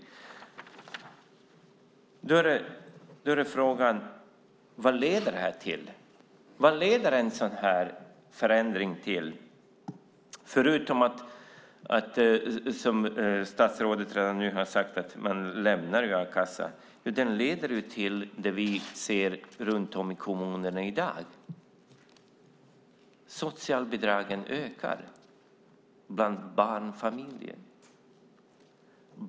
Då är frågan: Vad leder det här till? Vad leder en sådan här förändring till förutom att, som statsrådet redan har sagt, människor lämnar a-kassan? Det leder till det vi ser runt om i kommunerna i dag, att socialbidragen ökar bland barnfamiljer.